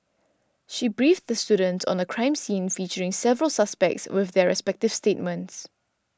she briefed the students on a crime scene featuring several suspects with their respective statements